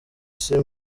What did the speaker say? isi